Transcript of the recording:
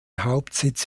hauptsitz